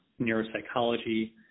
neuropsychology